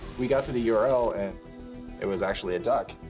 we got to the url, and it was actually a duck.